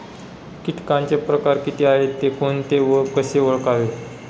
किटकांचे प्रकार किती आहेत, ते कोणते व कसे ओळखावे?